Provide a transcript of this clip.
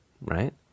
right